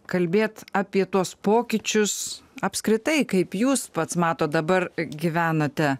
kalbėt apie tuos pokyčius apskritai kaip jūs pats matot dabar gyvenate